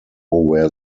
where